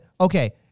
okay